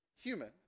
human